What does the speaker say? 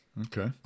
Okay